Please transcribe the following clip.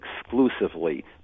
exclusively